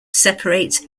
separate